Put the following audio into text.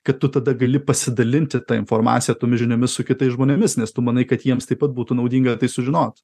kad tu tada gali pasidalinti ta informacija tomis žiniomis su kitais žmonėmis nes tu manai kad jiems taip pat būtų naudinga tai sužinot